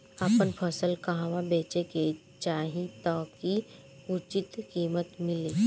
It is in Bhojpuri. आपन फसल कहवा बेंचे के चाहीं ताकि उचित कीमत मिली?